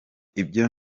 ibyo